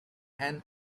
and